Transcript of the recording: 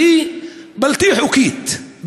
שהיא בלתי חוקית,